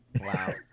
Wow